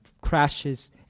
crashes